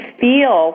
feel